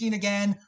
again